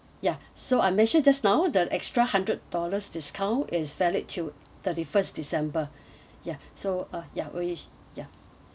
ya so I mentioned just now the extra hundred dollars discount is valid till thirty first december ya so uh ya we ya